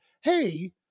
hey